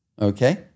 okay